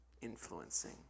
influencing